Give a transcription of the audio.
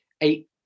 eight